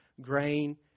grain